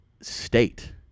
state